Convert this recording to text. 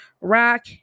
Rock